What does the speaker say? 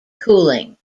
cooling